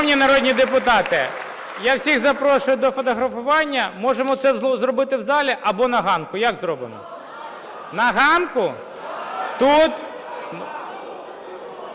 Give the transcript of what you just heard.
Шановні народні депутати, я всіх запрошую до фотографування. Можемо це зробити в залі або на ганку. Як зробимо? На ганку? Тут? Тут.